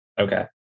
Okay